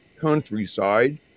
countryside